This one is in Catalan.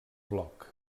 bloc